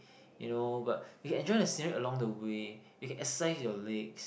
you know but you can enjoy the scenery along the way you can exercise your legs